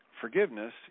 Forgiveness